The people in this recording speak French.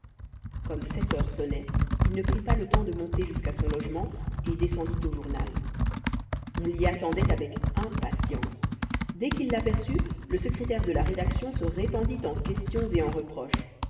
comme sept heures sonnaient il ne prit pas le temps de monter jusqu'à son logement et descendit au journal on l'y attendait avec impatience dès qu'il l'aperçut le secrétaire de la rédaction se répandit en questions et en reproches